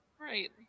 Right